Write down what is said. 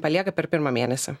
palieka per pirmą mėnesį